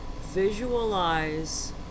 Visualize